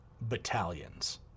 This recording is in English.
battalions